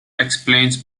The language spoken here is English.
explains